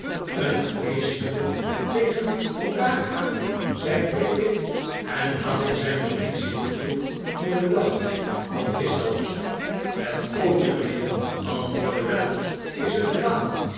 een geneesmiddel tegen podagra zei pickwick en haalde zijn notitieboekje voor den dag wat is dat het pootje mijnheer antwoordde weller is een kwaal